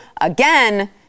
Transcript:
Again